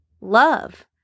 love